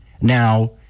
Now